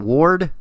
Ward